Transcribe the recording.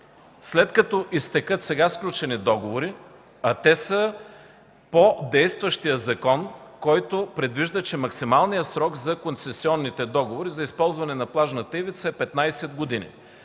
след като изтекат сега сключени договори, а те са по действащия закон, който предвижда максимален срок за концесионни договори за използване на плажната ивица от 15 години.